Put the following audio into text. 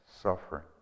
suffering